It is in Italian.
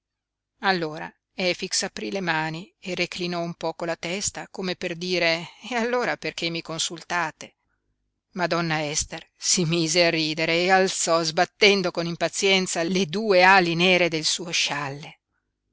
allora efix aprí le mani e reclinò un poco la testa come per dire e allora perché mi consultate ma donna ester si mise a ridere e alzò sbattendo con impazienza le due ali nere del suo scialle